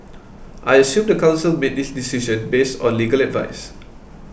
I assume the council made this decision based on legal advice